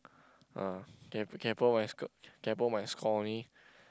ah kay kaypoh my sc~ kaypoh my score only